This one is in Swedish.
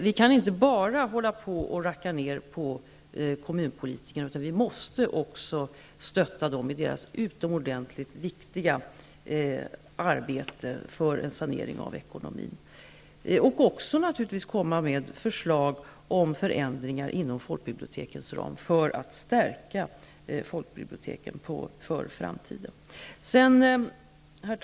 Vi kan inte bara racka ner på kommunpolitikerna, utan vi måste också stötta dem i deras utomordentligt viktiga arbete för en sanering av ekonomin. Vi måste naturligtvis även komma med förslag till förändringar inom folkbibliotekens ram för att stärka folkbiblioteken för framtiden. Herr talman!